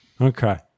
Okay